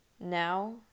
Now